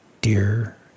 dear